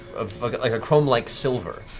ah like a chrome-like silver,